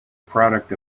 product